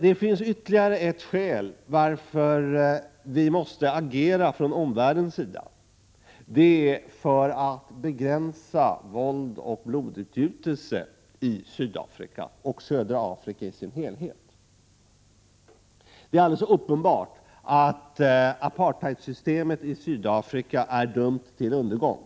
Det finns ytterligare ett skäl för omvärlden att agera: vi måste begränsa våld och blodsutgjutelse i Sydafrika och södra Afrika i dess helhet. Det är alldeles uppenbart att apartheidsystemet i Sydafrika är dömt till undergång.